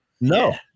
No